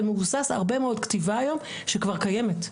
ומבוסס הרבה מאוד על כתיבה שכבר קיימת.